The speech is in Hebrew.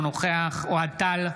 אינו נוכח אוהד טל,